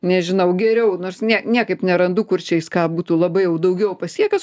nežinau geriau nors ne niekaip nerandu kur čia jis ką būtų labai jau daugiau pasiekęs